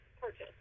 purchase